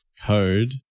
code